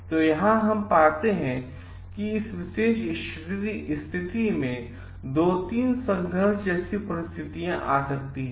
तो हम यहाँ क्या पाते है कि इस विशेष स्थिति में 2 3 संघर्ष जैसी परिस्थितियां आ सकती हैं